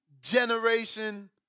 generation